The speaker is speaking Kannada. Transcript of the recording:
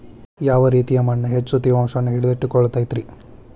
ಯಾವ ರೇತಿಯ ಮಣ್ಣ ಹೆಚ್ಚು ತೇವಾಂಶವನ್ನ ಹಿಡಿದಿಟ್ಟುಕೊಳ್ಳತೈತ್ರಿ?